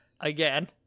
again